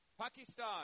Pakistan